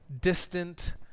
distant